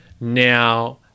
Now